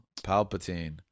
Palpatine